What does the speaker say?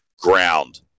ground